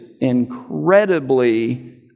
incredibly